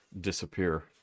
disappear